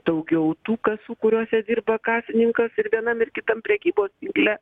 daugiau tų kasų kuriose dirba kasininkas ir vienam ir kitam prekybos tinkle